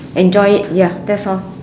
enjoy it ya that's all